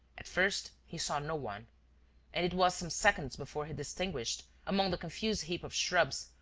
at first, he saw no one and it was some seconds before he distinguished, among the confused heap of shrubs,